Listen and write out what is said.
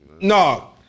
No